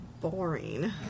Boring